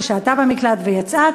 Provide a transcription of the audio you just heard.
ששהתה במקלט ויצאה,